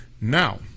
now